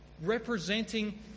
representing